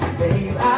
babe